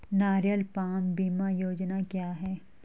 नारियल पाम बीमा योजना क्या है?